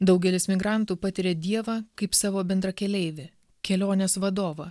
daugelis migrantų patiria dievą kaip savo bendrakeleivį kelionės vadovą